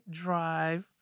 drive